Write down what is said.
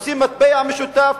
עושים מטבע משותף.